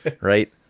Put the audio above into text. right